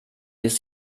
bis